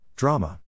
Drama